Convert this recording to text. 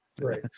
Right